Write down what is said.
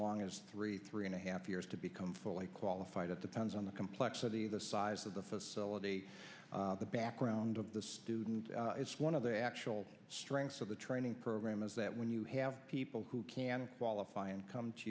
long as three three and a half years to become fully qualified at the pounds on the complexity of the size of the facility the background of the student it's one of the actual strengths of the training program is that when you have people who can a qualifying come to